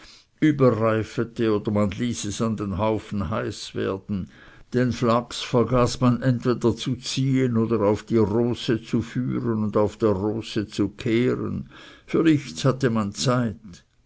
oder man ließ es an den haufen heiß werden den flachs vergaß man entweder zu ziehen oder auf die rooße zu führen und auf der rooße zu kehren für nichts hatte man zeit